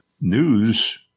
news